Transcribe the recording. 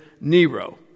Nero